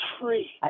free